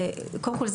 קודם כל,